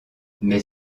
mais